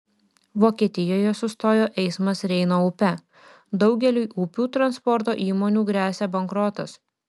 vokietijoje sustojo eismas reino upe daugeliui upių transporto įmonių gresia bankrotas